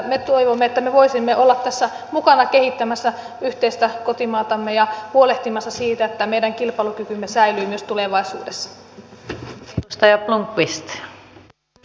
me toivomme että me voisimme olla tässä mukana kehittämässä yhteistä kotimaatamme ja huolehtimassa siitä että tämä meidän kilpailukykymme säilyy myös tulevaisuudessa